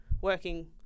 working